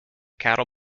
cattle